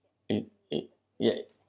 it it yet